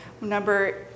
number